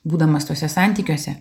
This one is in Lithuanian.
būdamas tuose santykiuose